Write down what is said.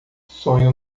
sonho